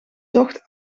tocht